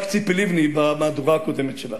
ממזרח לירדן זה רק ציפי לבני במהדורה הקודמת שלה.